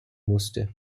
musste